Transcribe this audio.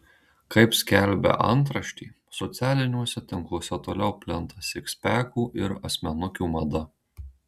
kaip skelbia antraštė socialiniuose tinkluose toliau plinta sikspekų ir asmenukių mada